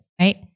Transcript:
right